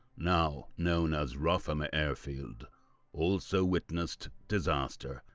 now known as rougham air field, also witnessed disaster.